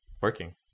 working